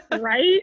Right